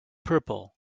purple